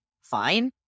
fine